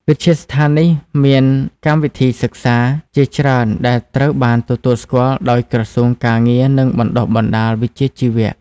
វិទ្យាស្ថាននេះមានកម្មវិធីសិក្សាជាច្រើនដែលត្រូវបានទទួលស្គាល់ដោយក្រសួងការងារនិងបណ្តុះបណ្តាលវិជ្ជាជីវៈ។